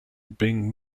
being